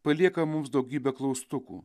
palieka mums daugybę klaustukų